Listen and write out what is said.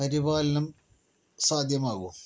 പരിപാലനം സാധ്യമാകും